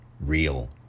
real